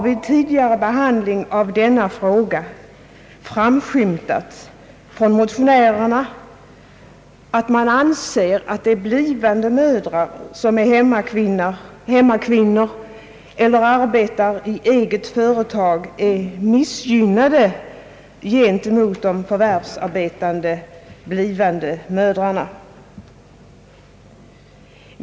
Vid tidigare behandling av denna fråga har det framskymtat att motionärerna anser blivande mödrar som är hemmafruar eller som arbetar i eget företag vara missgynnade gentemot de blivande mödrar som har förvärvsarbete i form av anställning.